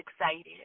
excited